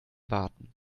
warten